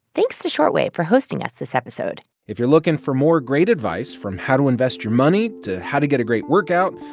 thanks to short wave for hosting us this episode if you're looking for more great advice from how to invest your money to how to get a great workout,